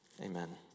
amen